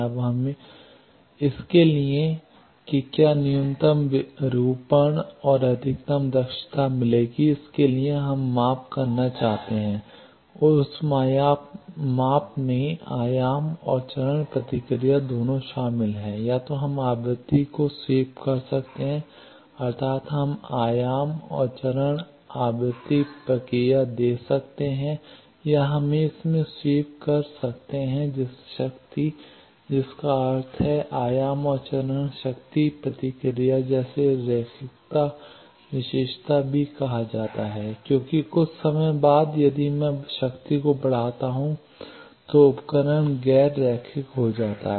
अब इसके लिए कि क्या न्यूनतम विरूपण और अधिकतम दक्षता मिलेगी इसके लिए हम माप करना चाहते हैं और उस माप में आयाम और चरण प्रतिक्रिया दोनों शामिल हैं या तो हम आवृत्ति को स्वीप कर सकते हैं अर्थात हम आयाम और चरण आवृत्ति प्रतिक्रिया दे सकते हैं या हम इसमें स्वीप कर सकते हैं शक्ति जिसका अर्थ है आयाम और चरण शक्ति प्रतिक्रिया जिसे रैखिकता विशेषता भी कहा जाता है क्योंकि कुछ समय बाद यदि मैं शक्ति को बढ़ाता हूं तो उपकरण गैर रैखिक हो जाता है